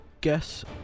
guess